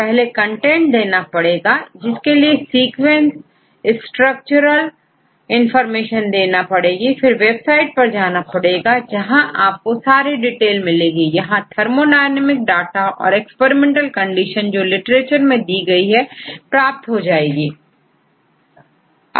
पहले कंटेंट देना पड़ेगा जिसके लिए सीक्वेंस स्ट्रक्चरल इंफॉर्मेशन देना पड़ेगी फिर वेबसाइट पर जाना पड़ेगा जहां आपको सारी डिटेल मिलेगी यहां थर्मोडायनेमिक डाटा और एक्सपेरिमेंटल कंडीशन जो लिटरेचर में दी गई है प्राप्त हो जाएगी